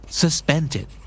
suspended